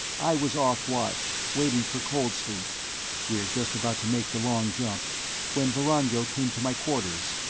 i was off watch, waiting for cold-sleep we're just about to make the long jump when vorongil came to my quarters.